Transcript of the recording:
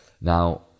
Now